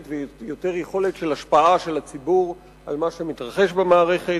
ויותר יכולת השפעה של הציבור על מה שמתרחש במערכת,